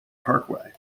parkway